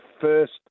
first